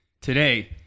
Today